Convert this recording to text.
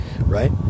right